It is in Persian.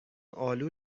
آلو